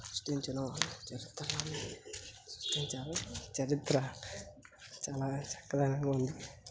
సృష్టించిన చరిత్రను సృష్టించారు చరిత్ర చాలా చక్కదనంగా ఉంది